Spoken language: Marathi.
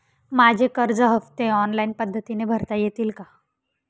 माझे कर्ज हफ्ते ऑनलाईन पद्धतीने भरता येतील का?